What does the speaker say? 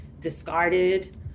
discarded